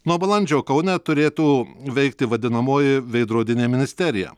nuo balandžio kaune turėtų veikti vadinamoji veidrodinė ministerija